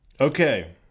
okay